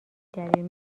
دلیل